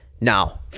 Now